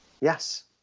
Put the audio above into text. Yes